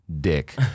dick